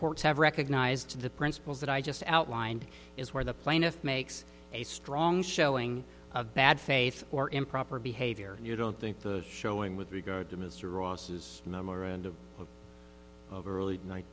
courts have recognized the principles that i just outlined is where the plaintiff makes a strong showing of bad faith or improper behavior and you don't think the showing with regard to mr ross is no more and overly